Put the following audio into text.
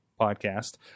podcast